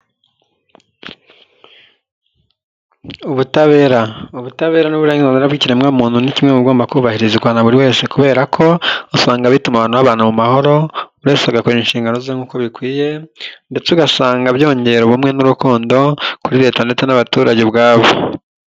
Ubutabera, ubutabera n'uburenganzira bw'ikiremwamuntu ni kimwe mubigomba kubahirizwa na buri wese kubera ko, usanga bituma abantu babana mu mahoro, buri wese agakora inshingano ze uko bikwiye ndetse ugasanga byongera ubumwe n'urukundo kuri Leta ndetse n'abaturage ubwabo.